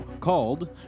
called